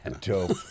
Dope